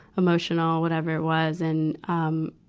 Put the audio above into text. emotional, whatever it was. and, um,